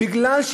בגלל,